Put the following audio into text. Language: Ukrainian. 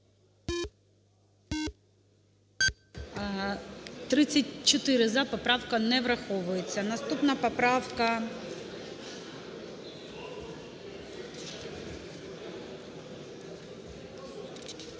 За-34 Поправка не враховується. Наступна, поправка...